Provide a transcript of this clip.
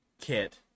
kit